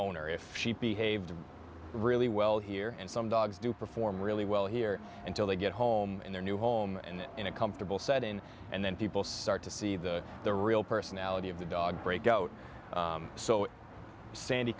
owner if she behaved really well here and some dogs do perform really well here until they get home in their new home and in a comfortable setting and then people start to see the the real personality of the dog breakout so sandy